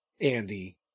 Andy